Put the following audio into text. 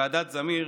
ועדת זמיר